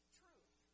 truth